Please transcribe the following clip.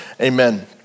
Amen